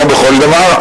כמו בכל דבר,